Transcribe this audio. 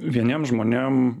vieniem žmonėm